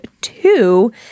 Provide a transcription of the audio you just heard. two